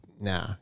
nah